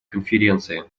конференции